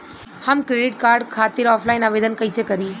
हम credit card खातिर offline आवेदन कइसे करि?